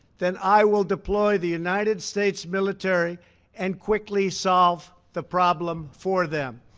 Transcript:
then i will deploy the united states military and quickly solve the problem for them.